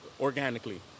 organically